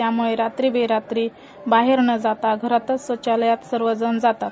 यामुळे रात्री बेरात्री बाहेर न जाता घरातच शौचालयत सगळेजण जातात